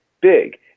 big